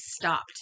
stopped